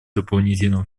дополнительного